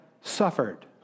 suffered